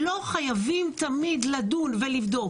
לא חייבים תמיד לדון ולבדוק.